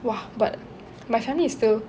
!wah! but my family is still